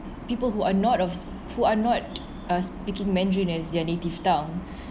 people who are not of who are not uh speaking mandarin as their native tongue